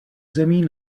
zemí